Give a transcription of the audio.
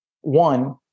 One